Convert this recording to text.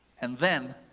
and then,